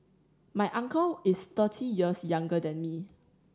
my uncle is thirty years younger than me